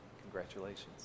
Congratulations